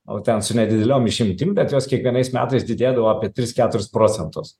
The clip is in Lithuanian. nu ten su nedideliom išimtim bet jos kiekvienais metais didėdavo apie tris keturis procentus